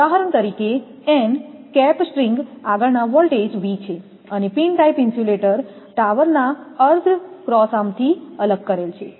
ઉદાહરણ તરીકે n cap string આગળના વોલ્ટેજ V છે અને પિન ટાઇપ ઇન્સ્યુલેટર ટાવરના અર્થડ ક્રોસ આમ થી અલગ કરેલ છે